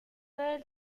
del